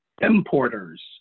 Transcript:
importers